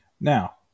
Now